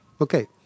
okay